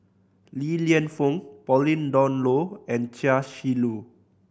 Li Lienfung Pauline Dawn Loh and Chia Shi Lu